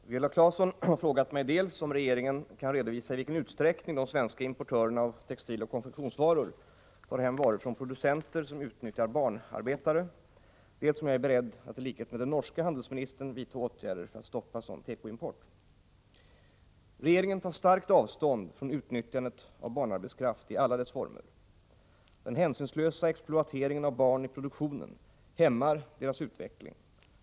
Herr talman! Viola Claesson har frågat mig dels om regeringen kan redovisa i vilken utsträckning de svenska importörerna av textiloch konfektionsvaror tar hem varor från producenter som utnyttjar barnarbetare, dels om jag är beredd att i likhet med den norske handelsministern vidta åtgärder för att stoppa sådan tekoimport. Regeringen tar starkt avstånd från utnyttjandet av barnarbetskraft i alla dess former. Den hänsynslösa exploateringen av barn i produktionen hämmar deras utveckling.